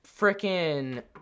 freaking